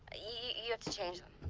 ah you have to change them.